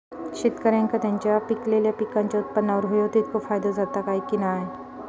शेतकऱ्यांका त्यांचा पिकयलेल्या पीकांच्या उत्पन्नार होयो तितको फायदो जाता काय की नाय?